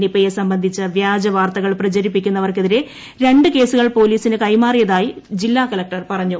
നിപ്പയെ സംബന്ധിച്ച വ്യാജവാർത്തകൾ പ്രചരിപ്പിച്ചവർക്കെതിരെ രണ്ടുകേസുകൾ പോലീസിനു കൈമാറിയതായി ജില്ലാകളക്ടർ പറഞ്ഞു